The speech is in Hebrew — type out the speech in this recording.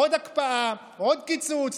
עוד הקפאה, עוד קיצוץ.